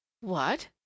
What